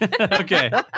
okay